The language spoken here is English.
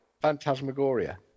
Phantasmagoria